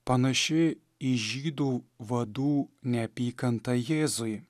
panaši į žydų vadų neapykantą jėzui